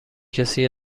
کسی